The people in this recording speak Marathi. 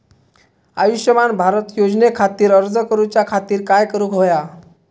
आयुष्यमान भारत योजने खातिर अर्ज करूच्या खातिर काय करुक होया?